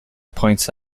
points